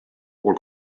pool